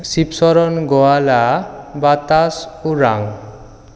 Shiva Sharan Gowala Batash Orang